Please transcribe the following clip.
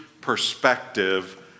perspective